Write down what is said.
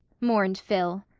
mourned phil.